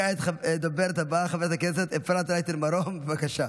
הדוברת הבאה, חברת הכנסת אפרת רייטן מרום, בבקשה.